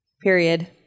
Period